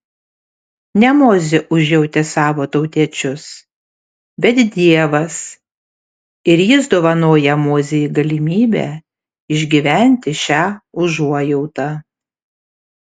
ne mozė užjautė savo tautiečius bet dievas ir jis dovanoja mozei galimybę išgyventi šią užuojautą